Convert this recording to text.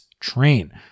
train